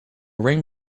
rain